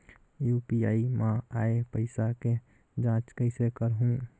UPI मा आय पइसा के जांच कइसे करहूं?